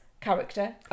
Character